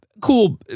Cool